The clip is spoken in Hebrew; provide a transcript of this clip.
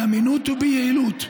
באמינות וביעילות,